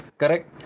correct